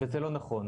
וזה לא נכון.